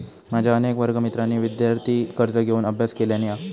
माझ्या अनेक वर्गमित्रांनी विदयार्थी कर्ज घेऊन अभ्यास केलानी हा